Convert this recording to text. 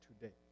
today